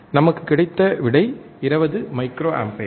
நமக்கு கிடைத்த விடை 20 மைக்ரோஅம்பியர்